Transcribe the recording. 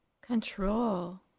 control